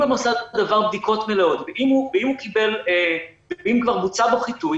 אם המוסד הזה עבר בדיקות מלאות ואם כבר בוצע בו חיטוי,